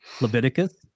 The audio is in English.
Leviticus